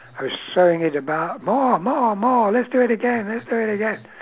I was throwing it about more more more let's do it again let's do it again